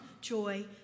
joy